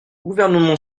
gouvernement